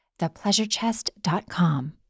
thepleasurechest.com